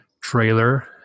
trailer